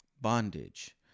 bondage